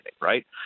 right